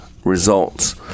Results